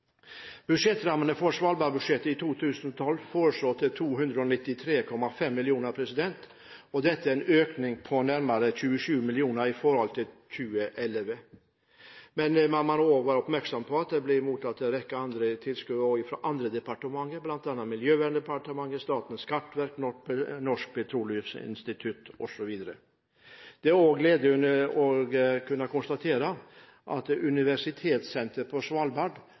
Budsjettrammen for svalbardbudsjettet er for 2012 foreslått til 293,5 mill. kr. Dette er en økning på nærmere 27 mill. kr i forhold til 2011. Man må også være oppmerksom på at man mottar en rekke tilskudd fra andre, bl.a. fra Miljøverndepartementet, fra Statens kartverk, fra Norsk Polarinstitutt osv. Det er også gledelig å kunne konstatere at Universitetssenteret på Svalbard nå har vist meget gode resultater. Det er